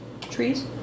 Trees